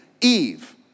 Eve